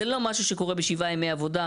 זה לא משהו שקורה בשבעה ימי עבודה,